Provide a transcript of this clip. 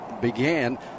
began